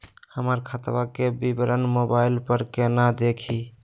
हमर खतवा के विवरण मोबाईल पर केना देखिन?